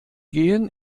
gehen